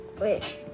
wait